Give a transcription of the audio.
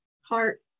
heart